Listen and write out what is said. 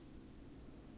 不懂